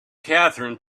catherine